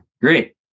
great